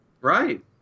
Right